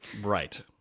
Right